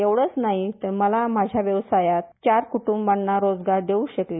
एवढचं नाही तर मला माझ्या व्यवसायात चार कुटुंबीयांना रोजगार देऊ शकले